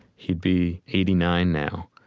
he'd be eighty nine now.